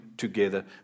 Together